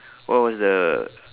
what was the